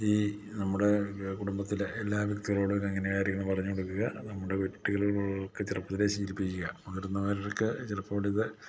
ഈ നമ്മുടെ കുടുംബത്തിലെ എല്ലാ വ്യക്തികളോടും ഇങ്ങനെയുള്ള കാര്യങ്ങൾ പറഞ്ഞു കൊടുക്കുക അത് നമ്മുടെ വീട്ടിലുള്ള ആൾക്ക് ചെറുപ്പത്തിലെ ശീലിപ്പിക്കുക മുതിർന്നവരൊക്കെ ചിലപ്പോഴിത്